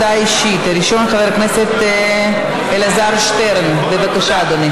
50 חברי כנסת בעד, אין מתנגדים, אין נמנעים.